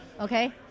okay